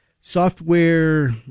Software